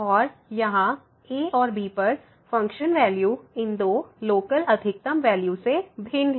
और यहाँ ए और बी पर फ़ंक्शन वैल्यू इन दो लोकल अधिकतम वैल्यू से भिन्न हैं